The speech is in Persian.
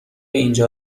اینجا